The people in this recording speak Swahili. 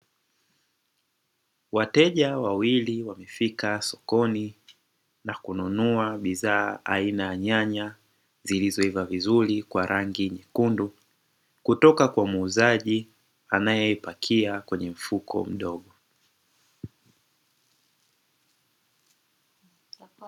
Wateja wawili wamefika sokoni na kununua bidhaa aina ya nyanya zilizoiva vizuri kwa rangi nyekundu, kutoka kwa muuzaji anayepakia kwenye mfuko mdogo.